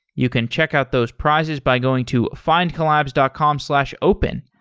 you can check out those prizes by going to findcollabs dot com slash open.